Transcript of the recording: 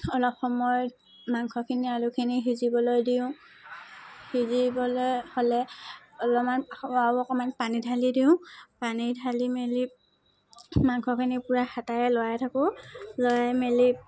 অলপ সময় মাংসখিনি আলুখিনি সিজিবলৈ দিওঁ সিজিবলৈ হ'লে অলপমান আৰু অকণমান পানী ঢালি দিওঁ পানী ঢালি মেলি মাংসখিনি পূৰা হেতাৰে লৰাই থাকোঁ লৰাই মেলি